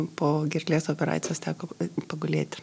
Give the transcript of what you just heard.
po gerklės operacijos teko pagulėti